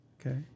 Okay